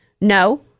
No